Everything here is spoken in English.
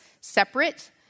separate